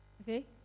Okay